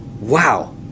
wow